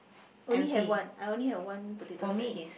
only have one I only have one potato sack